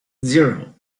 zero